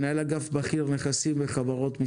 מנהל אגף בכיר נכסים וחברות,